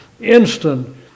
instant